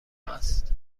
است